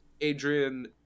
adrian